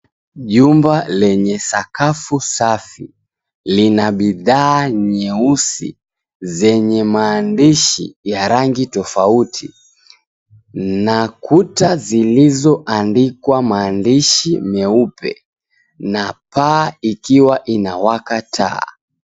Jumba lenye sakafu safi, lina bidhaa nyeusi, zenye maandishi ya rangi tofauti na kuta zilizoandikwa maandishi meupe na paa ikiwa inawaka taa.